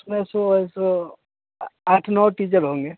उसमें सो है सो आठ नौ टीचर होंगे